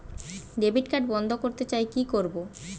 Debit card বন্ধ করতে চাই কি করব?